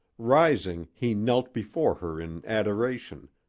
rising, he knelt before her in adoration,